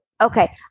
okay